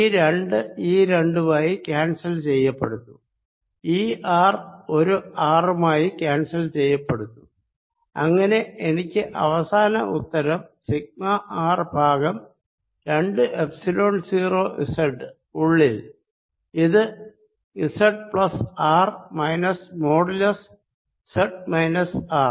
ഈ രണ്ട് ഈ രണ്ടുമായി ക്യാൻസൽ ചെയ്യപ്പെടുന്നു ഈ R ഒരു R മായി ക്യാൻസൽ ചെയ്യുന്നു അങ്ങനെ എനിക്ക് അവസാന ഉത്തരം സിഗ്മ ആർ ബൈ രണ്ട് എപ്സിലോൺ 0 z ഉള്ളിൽ ഇത് z plus R minus modulus z minus R